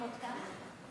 כן.